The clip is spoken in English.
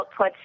outputs